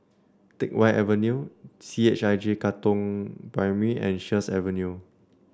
Teck Whye Avenue C H I J Katong Primary and Sheares Avenue